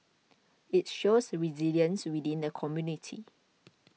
it shows resilience within the community